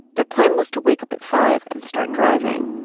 their plan was to wake up at five and start driving.